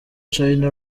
china